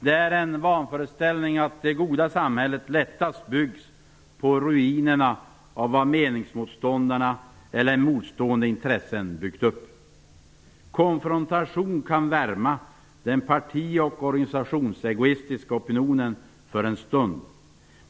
Det är en vanföreställning att det goda samhället lättast byggs på ruinerna av vad meningsmotståndarna eller motstående intressen byggt upp. Konfrontation kan värma den parti och organisationsegoistiska opinionen för en stund.